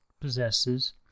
possesses